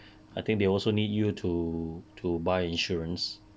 I think they also need you to to buy insurance